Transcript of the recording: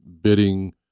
bidding